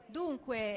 dunque